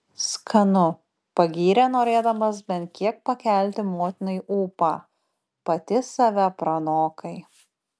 skanu pagyrė norėdamas bent kiek pakelti motinai ūpą pati save pranokai